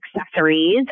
accessories